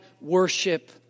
worship